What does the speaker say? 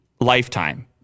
lifetime